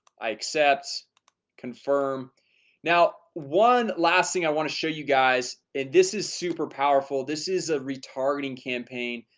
i accept confirm now one last thing i want to show you guys and this is super powerful. this is a retargeting campaign